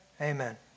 amen